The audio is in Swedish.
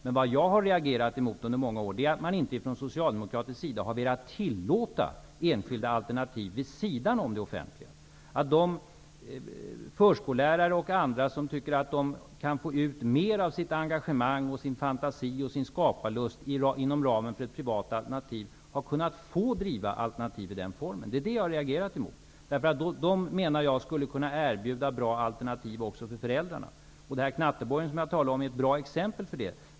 Men jag har under många år reagerat emot att man inte från socialdemokratisk sida har velat tillåta enskilda alternativ vid sidan av den offentliga barnomsorgen. De förskollärare och andra som tycker sig kunna ge mer av sitt engagemang, sin fantasi och skaparlust inom ramen för privata alternativ har inte tillåtits driva alternativ i den formen. Det är det som jag har reagerat emot. Privata alternativ kan vara bra också för föräldrarna. Knatteborgen är ett bra exempel på detta.